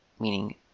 meaning